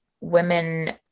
women